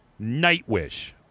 Nightwish